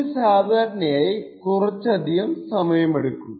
ഇത് സാധാരണയായി കുറച്ചധികം സമയമെടുക്കും